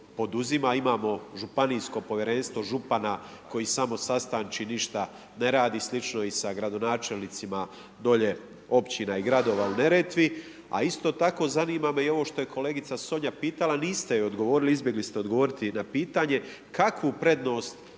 imamo županijsko povjerenstvo, župana, koji samo sastanči, ništa ne radi, slično i sa gradonačelnicima, dolje općina i gradova i Neretvi. A isto tako zanima me i ovo što je kolegica Sonja pitala, niste joj odgovorili, izbjegli ste odgovoriti na pitanje, kakvu prednost